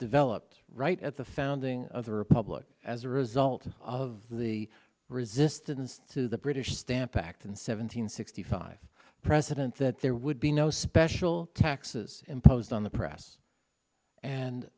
developed right at the founding of the republic as a result of the resistance to the british stamp act in seven hundred sixty five president that there would be no special taxes imposed on the press and